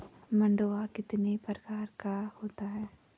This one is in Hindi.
मंडुआ कितने प्रकार का होता है?